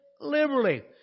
liberally